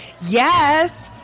Yes